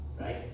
right